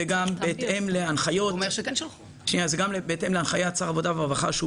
גם בהתאם להנחיית שר העבודה והרווחה,